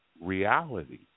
reality